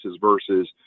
versus